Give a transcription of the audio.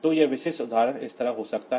तो यह विशिष्ट उदाहरण इस तरह हो सकता है